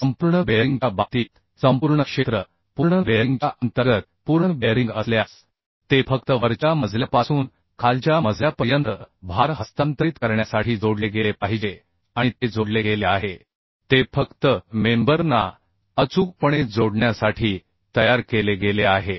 संपूर्ण बेअरिंगच्या बाबतीत संपूर्ण क्षेत्र पूर्ण बेअरिंगच्या अंतर्गत पूर्ण बेअरिंग असल्यास ते फक्त वरच्या मजल्यापासून खालच्या मजल्यापर्यंत भार हस्तांतरित करण्यासाठी जोडले गेले पाहिजे आणि ते जोडले गेले आहे ते फक्त मेंबर ना अचूकपणे जोडण्यासाठी तयार केले गेले आहे